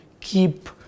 keep